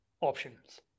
options